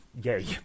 gay